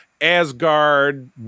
Asgard